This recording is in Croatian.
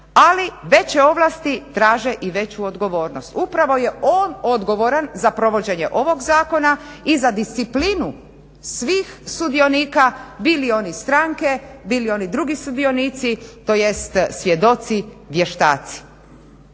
ali veće ovlasti traže i veću odgovornost. Upravo je on odgovoran za provođenje ovog zakona i za disciplinu svih sudionika bili oni stranke, bili oni drugi sudionici tj. svjedoci vještaci